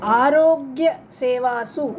आरोग्यसेवासु